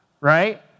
Right